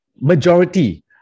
majority